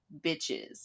bitches